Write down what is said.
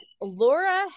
Laura